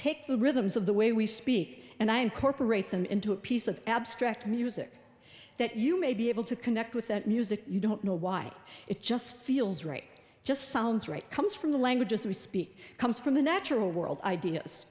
take the rhythms of the way we speak and i incorporate them into a piece of abstract music that you may be able to connect with that music you don't know why it just feels right just sounds right comes from the language as we speak comes from the natural world ideas